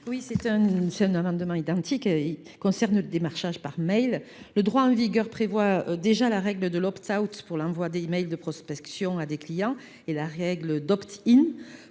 Oui, c'est un amendement identique. Il concerne le démarchage par mail. Le droit en vigueur prévoit déjà la règle de l'opt-out pour l'envoi d'emails de prospection à des clients et la règle d'opt-in